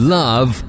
love